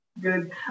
Good